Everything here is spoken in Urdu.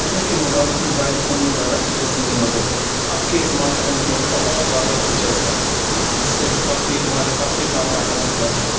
پہلے کے موبائل موبائل فون میں زیادہ فیچرس نہیں ہوتے تھے اب کے اسمارٹ فون میں بہت زیادہ فیچرس ہیں جس سے ہم کافی ہمارے کافی کام آسان ہو جاتے ہیں